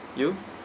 you